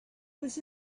was